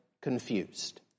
confused